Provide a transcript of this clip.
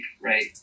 right